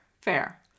Fair